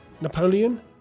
Napoleon